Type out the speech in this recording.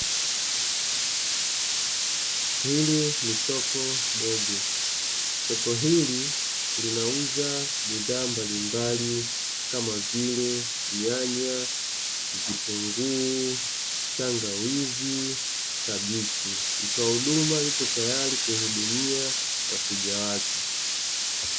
Hili ni soko dogo. Soko hili linauza bidhaa mbalimbali, kama vile: nyanya, vitunguu, tangawizi na kabichi. Mtoa huduma yupo tayari kuwahudumia wateja wake.